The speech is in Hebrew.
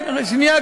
שנייה,